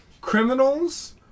criminals